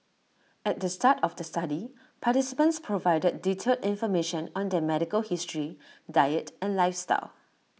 at the start of the study participants provided detailed information on their medical history diet and lifestyle